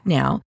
now